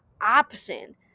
option